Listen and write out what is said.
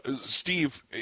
Steve